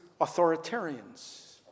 authoritarians